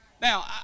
Now